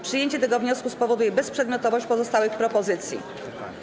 Przyjęcie tego wniosku spowoduje bezprzedmiotowość pozostałych propozycji.